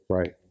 Right